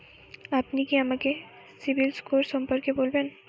আপনি কি আমাকে সিবিল স্কোর সম্পর্কে বলবেন?